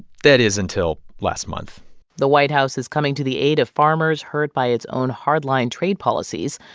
that is, until last month the white house is coming to the aid of farmers hurt by its own hard-line trade policies.